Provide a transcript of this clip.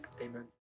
Amen